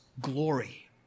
glory